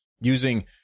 using